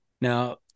Now